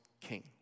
king